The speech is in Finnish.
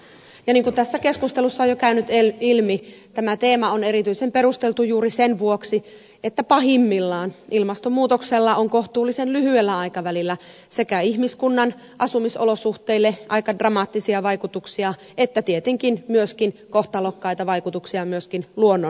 niin kuin tässä keskustelussa on jo käynyt ilmi tämä teema on erityisen perusteltu juuri sen vuoksi että pahimmillaan ilmastonmuutoksella on kohtuullisen lyhyellä aikavälillä sekä ihmiskunnan asumisolosuhteille aika dramaattisia vaikutuksia että tietenkin myöskin kohtalokkaita vaikutuksia luonnon monimuotoisuudelle